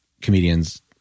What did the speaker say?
comedians